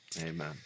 Amen